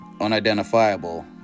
unidentifiable